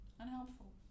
unhelpful